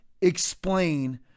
explain